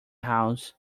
house